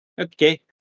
okay